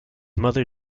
mother